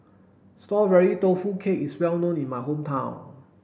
strawberry tofu cheesecake is well known in my hometown